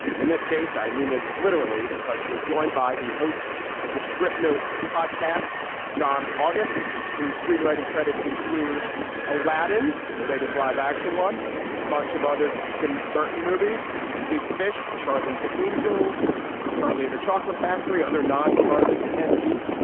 and in this case i mean that's literally because we're joined by the host of the script notes podcast john august who screenwriting credits include aladdin the latest live action one bunch of other tim burton movies big fish charlie's angels charlie and the chocolate factory other non charlie entities.